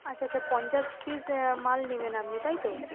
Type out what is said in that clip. আচ্ছা আচ্ছা পঞ্চাশ পিস মাল নেবেন আপনি তাই তো